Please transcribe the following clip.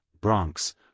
Bronx